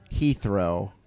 Heathrow